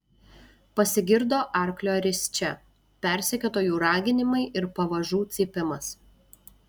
pasigirdo arklio risčia persekiotojų raginimai ir pavažų cypimas